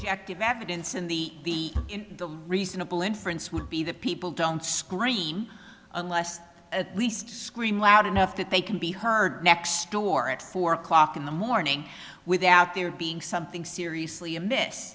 evidence in the in the reasonable inference would be that people don't scream unless at least scream loud enough that they can be heard next door at four o'clock in the morning without there being something seriously amiss